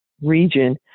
region